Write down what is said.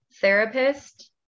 therapist